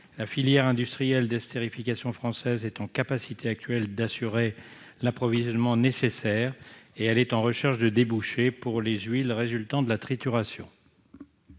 La filière industrielle d'estérification française est d'ores et déjà en capacité d'assurer l'approvisionnement nécessaire ; cette filière est en recherche de débouchés pour les huiles résultant de la trituration.